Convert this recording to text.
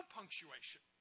punctuation